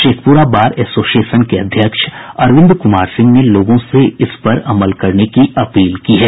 Sheikhpura bar association के अध्यक्ष अरविंद कुमार सिंह ने लोगों से इन पर अमल करने की अपील की है